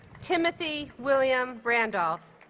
timothy william randolph